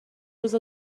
روز